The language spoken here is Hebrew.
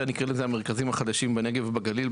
נקרא לזה המרכזים החדשים בנגב ובגליל.